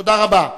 תודה רבה.